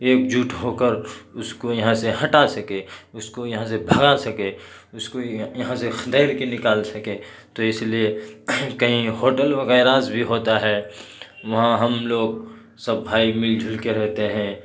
ایک جٹ ہو کر اس کو یہاں سے ہٹا سکے اس کو یہاں سے بھگا سکے اس کو یہاں سے خدیر کے نکال سکیں تو اس لیے کہیں ہوٹل و غیراز بھی ہوتا ہے وہاں ہم لوگ سب بھائی بھائی مل جھل کے رہتے ہیں